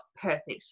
perfect